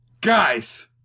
guys